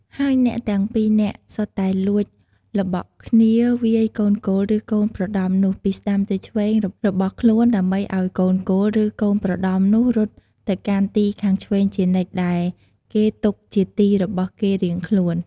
ហើយអ្នកទាំង ២ នាក់ សុទ្ធតែលួចល្បក់គ្នាវាយកូនគោលឫកូនប្រដំនោះ ពីស្តាំទៅឆ្វេងរបស់ខ្លួនដើម្បីឲ្យកូនគោល ឬកូនប្រដំនោះរត់ទៅកាន់ទីខាងឆ្វេងជានិច្ច ដែលគេទុកជាទីរបស់គេរៀងខ្លួន។